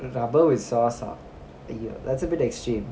the rubber with sauce ah !aiyo! that's a bit extreme